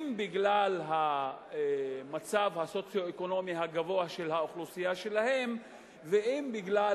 אם בגלל המצב הסוציו-אקונומי הגבוה של האוכלוסייה שלהן ואם בגלל